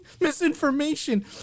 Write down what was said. Misinformation